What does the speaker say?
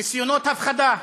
ניסיונות הפחדה.